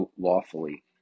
lawfully